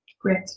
Great